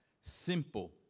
Simple